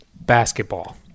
Basketball